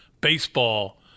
baseball